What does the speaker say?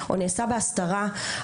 או בהסתרה,